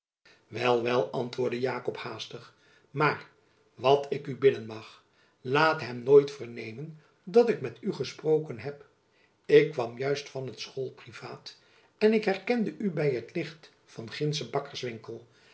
wel wel antwoordde jakob haastig maar wat ik u bidden mag laat hem nooit vernemen dat ik met u gesproken heb ik kwam juist van het school privaat en ik herkende u by t licht van